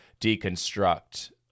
deconstruct